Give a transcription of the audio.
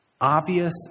obvious